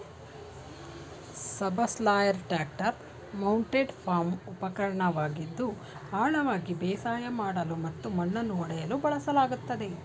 subsoiler tractor mounted farm ಉಪಕರಣವಾಗಿದ್ದು ಆಳವಾಗಿ ಬೇಸಾಯ ಮಾಡಲು ಮತ್ತು ಮಣ್ಣನ್ನು ಒಡೆಯಲು ಬಳಸಲಾಗ್ತದೆ